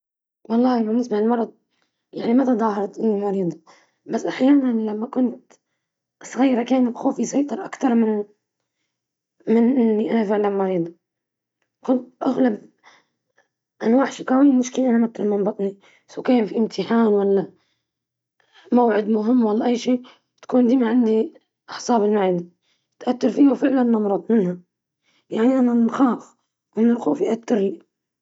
نعم، في بعض الأحيان كنت أستخدم الأعذار الصحية، لتجنب الذهاب إلى المدرسة عندما كنت طفلاً.